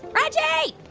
reggie.